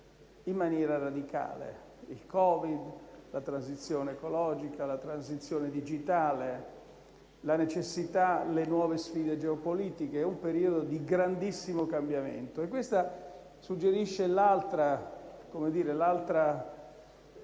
in maniera radicale: il Covid, la transizione ecologica, la transizione digitale, la necessità, le nuove sfide geopolitiche. È un periodo di grandissimo cambiamento e questo suggerisce l'altra